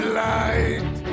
light